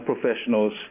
professionals